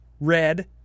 Red